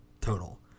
total